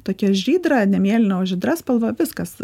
tokia žydra ne mėlyna o žydra spalva viskas